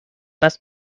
best